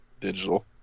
Digital